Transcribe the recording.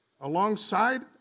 Alongside